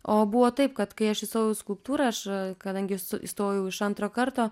o buvo taip kad kai aš įstojau į skulptūrą aš kadangi įstojau iš antro karto